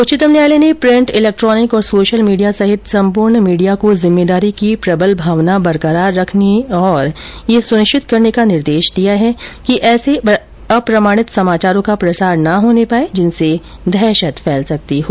उच्चतम न्यायालय ने प्रिंट इलेक्ट्रॉनिक और सोशल मीडिया सहित सम्पूर्ण मीडिया को जिम्मेदारी की प्रबल भावना बरकरार रखने और यह सुनिश्चित करने का निर्देश दिया है कि ऐसे अप्रमाणित समाचारों का प्रसार न होने पाए जिनसे दहशत फैल सकती हो